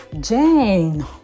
Jane